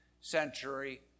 century